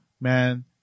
man